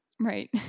Right